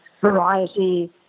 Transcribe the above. variety